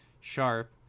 sharp